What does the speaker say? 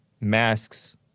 masks